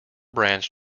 branch